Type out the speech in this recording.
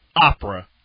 Opera